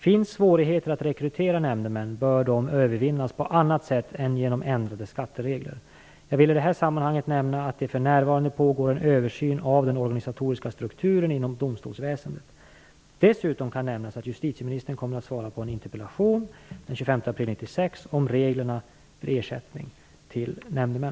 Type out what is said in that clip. Finns svårigheter att rekrytera nämndemän bör de övervinnas på annat sätt än genom ändrade skatteregler. Jag vill i det här sammanhanget nämna att det för närvarande pågår en översyn av den organisatoriska strukturen inom domstolsväsendet. Dessutom kan nämnas att justitieministern kommer att svara på en interpellation den 25 april 1996 om reglerna för ersättning till nämndemän.